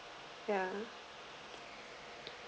ya